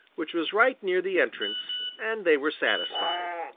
which was right near the entrance, and they were satisfied.